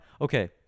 okay